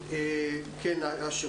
ראש.